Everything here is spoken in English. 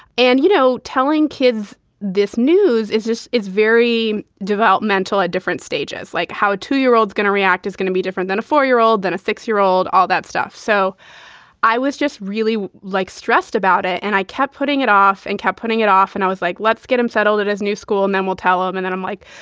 and, you know, telling kids this news is just it's very developmental at different stages, like how a two year old is going to react is gonna be different than a four year old than a six year old. all that stuff. so i was just really like stressed about it. and i kept putting it off and kept putting it off. and i was like, let's get him settled at his new school and then we'll tell him. and then i'm like,